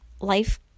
life